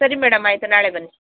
ಸರಿ ಮೇಡಮ್ ಆಯಿತು ನಾಳೆ ಬನ್ನಿ